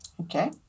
Okay